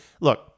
look